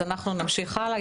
אז אנחנו נמשיך הלאה.